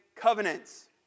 Covenants